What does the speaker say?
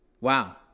Wow